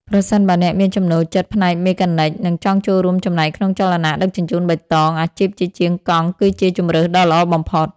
ប្រសិនបើអ្នកមានចំណូលចិត្តផ្នែកមេកានិក និងចង់ចូលរួមចំណែកក្នុងចលនាដឹកជញ្ជូនបៃតង អាជីពជាជាងកង់គឺជាជម្រើសដ៏ល្អបំផុត។